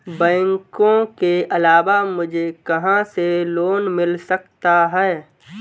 बैंकों के अलावा मुझे कहां से लोंन मिल सकता है?